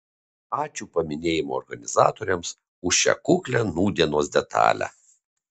ačiū paminėjimo organizatoriams už šią kuklią nūdienos detalę